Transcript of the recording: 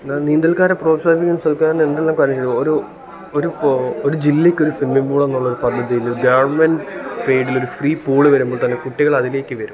നീന്തൽക്കാരെ പ്രോത്സാഹിപ്പിക്കാൻ സർക്കാരിന് എന്തെല്ലാം കാര്യങ്ങൾ ഒരു ഒരു ഒരു ജില്ലക്കൊരു സ്വിമ്മിങ് പ്പൂളെണ്ണുള്ളൊരു പദ്ധതിയിൽ ഗവൺമെൻറ്റ് പേരിലൊരു ഫ്രീ പൂള് വരുമ്പോൾ തന്നെ കുട്ടികളതിലേക്ക് വരും